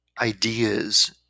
ideas